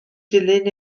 dilyn